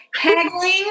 haggling